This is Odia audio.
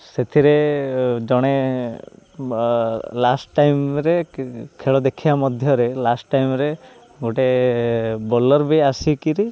ସେଥିରେ ଜଣେ ଲାଷ୍ଟ ଟାଇମ୍ରେ ଖେଳ ଦେଖିବା ମଧ୍ୟରେ ଲାଷ୍ଟ ଟାଇମ୍ରେ ଗୋଟେ ବୋଲର୍ ବି ଆସିକିରି